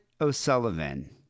O'Sullivan